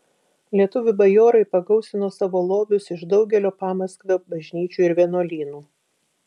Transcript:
lietuvių bajorai pagausino savo lobius iš daugelio pamaskvio bažnyčių ir vienuolynų